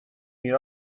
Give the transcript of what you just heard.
meet